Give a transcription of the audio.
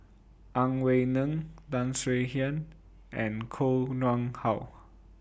Ang Wei Neng Tan Swie Hian and Koh Nguang How